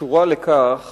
קשורה לכך